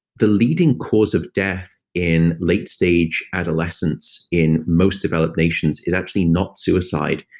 the leading cause of death in late-stage adolescence in most developed nations is actually not suicide,